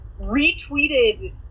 retweeted